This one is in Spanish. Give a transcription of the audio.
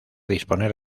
disponer